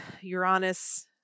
Uranus